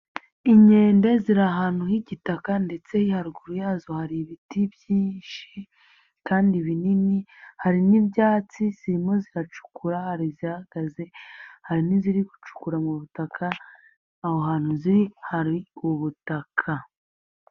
Inkende ziri ahantu h'igitaka ndetse haruguru yazo hari ibiti byinshi kandi binini, hari n'ibyatsi zirimo ziracukura hari izihagaze, hari n'iziri gucukura mu butaka, aho hantu ziri hari ubutaka.